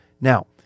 Now